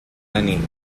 annie